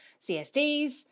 CSDs